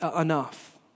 enough